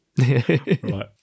Right